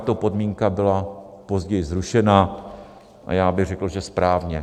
Tato podmínka byla později zrušena a já bych řekl, že správně.